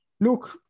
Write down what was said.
look